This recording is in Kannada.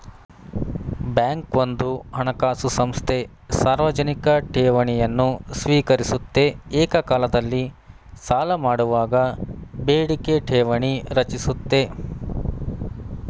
ಬ್ಯಾಂಕ್ ಒಂದು ಹಣಕಾಸು ಸಂಸ್ಥೆ ಸಾರ್ವಜನಿಕ ಠೇವಣಿಯನ್ನು ಸ್ವೀಕರಿಸುತ್ತೆ ಏಕಕಾಲದಲ್ಲಿ ಸಾಲಮಾಡುವಾಗ ಬೇಡಿಕೆ ಠೇವಣಿ ರಚಿಸುತ್ತೆ